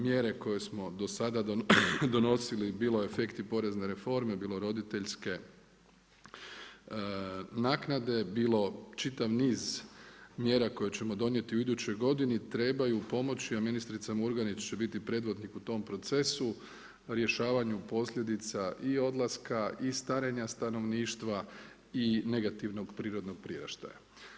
Mjere koje smo do sada donosili bilo efekti porene reforme, bilo roditeljske naknade, bilo čitav niz mjera koje ćemo donijeti u idućoj godini trebaju pomoći, a ministrica Murganić će biti predvodnik u tom procesu, rješavanju posljedica i odlaska i starenja stanovništva i negativnog prirodnog priraštaja.